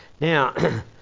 Now